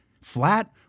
flat